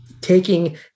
taking